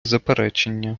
заперечення